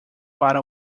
para